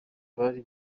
bari